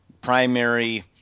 primary